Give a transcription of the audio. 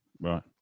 Right